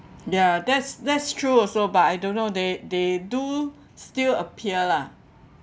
ya that's that's true also but I don't know they they do still appear lah